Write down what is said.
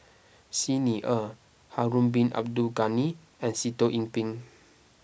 Xi Ni Er Harun Bin Abdul Ghani and Sitoh Yih Pin